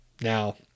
Now